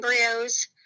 embryos